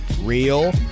Real